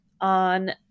on